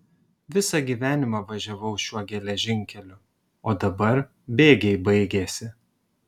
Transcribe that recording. visą gyvenimą važiavau šiuo geležinkeliu o dabar bėgiai baigėsi